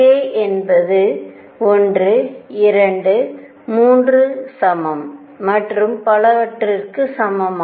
K என்பது 1 2 3 சமம் மற்றும் பலவற்றிற்கும் சமம்